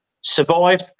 survive